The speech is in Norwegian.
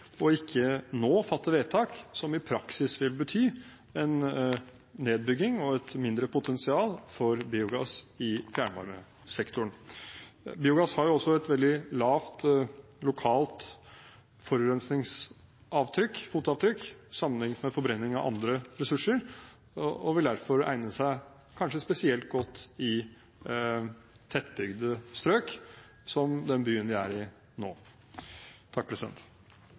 vi, ikke å fatte vedtak nå som i praksis vil bety en nedbygging og et mindre potensial for biogass i fjernvarmesektoren. Biogass har også et veldig lavt lokalt forurensingsfotavtrykk sammenliknet med forbrenning av andre ressurser og vil derfor egne seg kanskje spesielt godt i tettbygde strøk, som den byen vi er i nå.